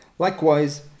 Likewise